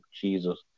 Jesus